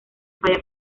falla